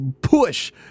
push